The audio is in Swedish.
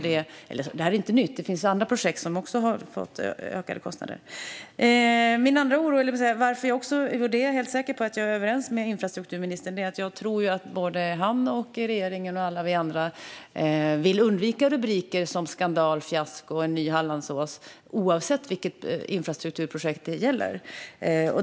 Det här är inte ett nytt problem; det finns andra projekt som också har fått ökade kostnader. Jag är helt säker på att jag är överens med infrastrukturministern om att vi - han, regeringen och alla vi andra - vill undvika rubriker av typen "Skandal, fiasko, en ny Hallandsås!" oavsett vilket infrastrukturprojekt det kan gälla.